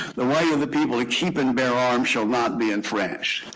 the right of the people to keep and bear arms shall not be infringed.